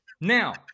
Now